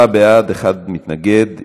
עשרה בעד, מתנגד אחד.